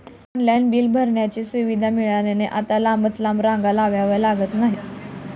online bill भरण्याची सुविधा मिळाल्याने आता लांबच लांब रांगा लावाव्या लागत नाहीत